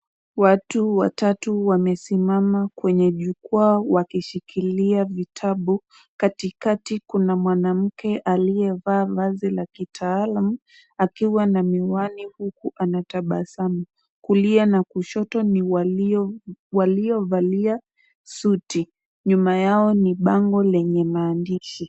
Watu watatu wamesimama kwenye jukwaa wakishikilia vitabu. Katikati kuna mwanamke aliyevaa vazi la kitaalam, akiwa na miwani huku anatabasamu. Kulia na kushoto ni walio, walio valia suti. Nyuma yao ni bango lenye maandishi.